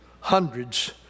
hundreds